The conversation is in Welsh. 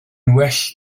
well